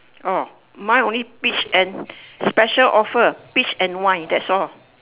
orh mine only peach and special offer peach and wine that's all